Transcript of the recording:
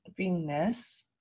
beingness